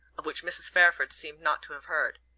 of which mrs. fairford seemed not to have heard.